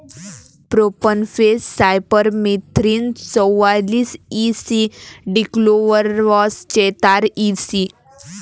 profenofos cypermethrin चौवालीस E C dichlorvos चेहतार EC